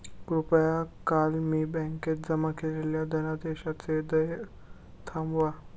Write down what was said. कृपया काल मी बँकेत जमा केलेल्या धनादेशाचे देय थांबवा